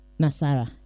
Nasara